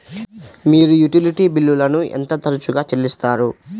మీరు యుటిలిటీ బిల్లులను ఎంత తరచుగా చెల్లిస్తారు?